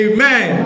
Amen